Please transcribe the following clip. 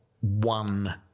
one